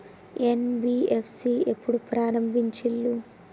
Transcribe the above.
NBFC ఎప్పుడు ప్రారంభించిల్లు?